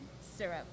syrup